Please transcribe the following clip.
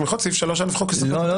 לא.